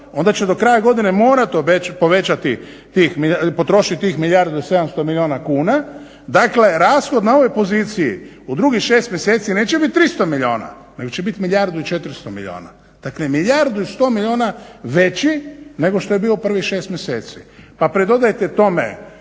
onda će do kraja godine morati povećati tih, potrošit tih 1 700 milijuna kuna. Dakle, rashod na ovoj poziciji u drugih 6 mjeseci neće biti 300 milijuna nego će biti 1 400 milijuna. Dakle, 1 100 milijuna veće nego što je bio u prvih 6 mjeseci. Pa pridodajte tome